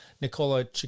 Nicola